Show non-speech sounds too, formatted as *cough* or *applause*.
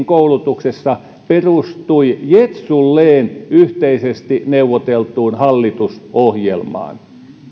*unintelligible* koulutuksessa perustui jetsulleen yhteisesti neuvoteltuun hallitusohjelmaan